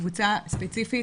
קבוצה ספציפית,